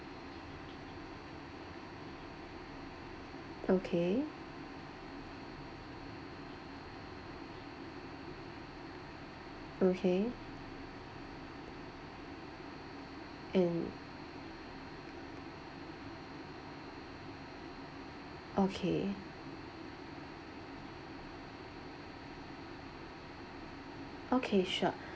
okay okay and okay okay sure